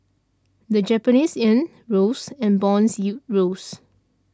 the Japanese yen rose and bond yields rose